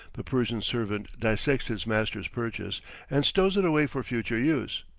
the persian's servant dissects his master's purchase and stows it away for future use,